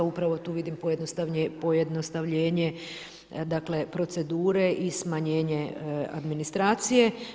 Upravo tu vidim pojednostavljenje procedure i smanjenje administracije.